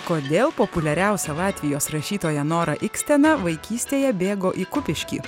kodėl populiariausia latvijos rašytoja nora ikstena vaikystėje bėgo į kupiškį